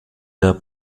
der